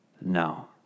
No